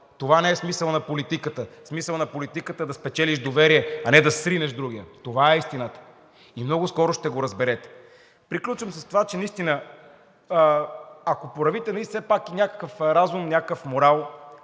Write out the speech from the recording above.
Това не е смисълът на политиката. Смисълът на политиката е да спечелиш доверие, а не да сринеш другия. Това е истината – и много скоро ще го разберете! Приключвам с това, че наистина, ако проявите все пак някакъв разум, някакъв морал